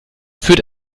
führt